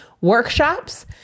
workshops